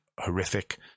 horrific